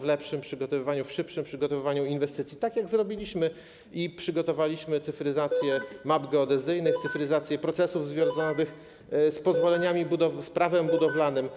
w lepszym przygotowywaniu, w szybszym przygotowywaniu inwestycji, tak jak zrobiliśmy i przygotowaliśmy cyfryzację map geodezyjnych, cyfryzację procesów związanych z pozwoleniami budowlanymi, z Prawem budowlanym.